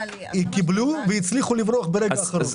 קיבלו והצליחו לברוח ברגע האחרון.